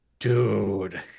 Dude